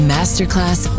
Masterclass